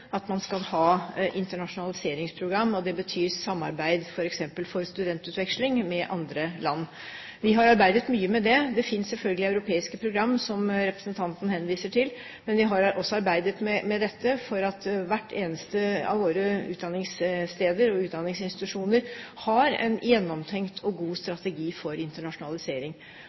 at man skal ha internasjonaliseringsprogram. Det betyr samarbeid, f.eks. for studentutveksling med andre land. Vi har arbeidet mye med det. Det finnes selvfølgelig europeiske program, som representanten henviser til, men vi har også arbeidet med dette for at hvert eneste av våre utdanningssteder og hver eneste av våre utdanningsinstitusjoner har en gjennomtenkt og god strategi for internasjonalisering.